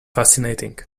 fascinating